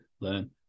learn